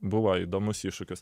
buvo įdomus iššūkis